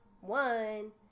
one